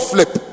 Flip